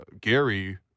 Gary